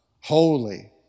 holy